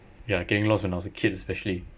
ya getting lost when I was a kid especially